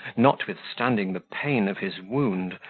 notwithstanding the pain of his wound,